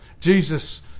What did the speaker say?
Jesus